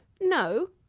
no